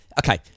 okay